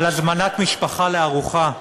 על הזמנת משפחה לארוחה,